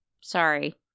Sorry